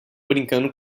brincando